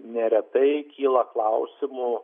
neretai kyla klausimų